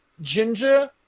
Ginger